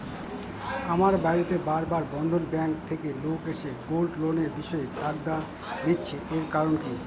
আমার বাড়িতে বার বার বন্ধন ব্যাংক থেকে লোক এসে গোল্ড লোনের বিষয়ে তাগাদা দিচ্ছে এর কারণ কি?